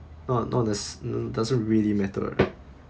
not not as n~ doesn't really matter